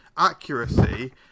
accuracy